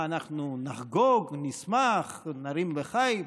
מה, אנחנו נחגוג ונשמח, נרים לחיים?